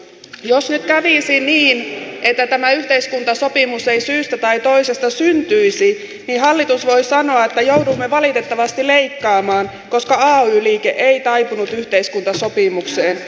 jos nyt kävisi niin että tätä yhteiskuntasopimusta ei syystä tai toisesta syntyisi niin hallitus voi sanoa että joudumme valitettavasti leikkaamaan koska ay liike ei taipunut yhteiskuntasopimukseen